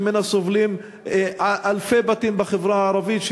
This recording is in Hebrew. שממנה סובלים אלפי בתים בחברה הערבית,